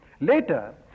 Later